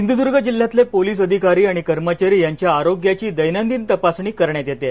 सिंध्रदूर्ग जिल्ह्यातले पोलीस अधिकारी आणि कर्मचारी यांच्या आरोग्याची दैनंदिन तपासणी करण्यात येत आहे